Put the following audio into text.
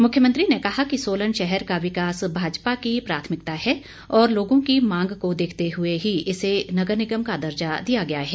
मुख्यमंत्री ने कहा कि सोलन शहर का विकास भाजपा की प्राथमिकता है और लोगों की मांग को देखते हुए ही इसे नगर निगम का दर्जा दिया गया है